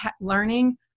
learning